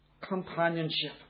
companionship